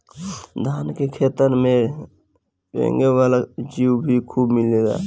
धान के खेतन में रेंगे वाला जीउ भी खूब मिलेलन